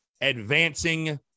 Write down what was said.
advancing